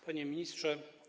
Panie Ministrze!